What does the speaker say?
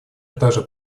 также